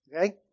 Okay